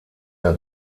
der